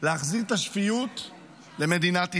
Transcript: להחזיר את השפיות למדינת ישראל.